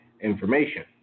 information